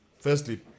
Firstly